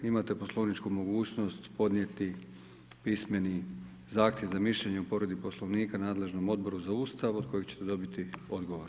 Imate poslovničku mogućnost podnijeti pismeni zahtjev za mišljenje po povredi Poslovnika nadležnom Odboru za Ustav od kojeg ćete dobiti odgovor.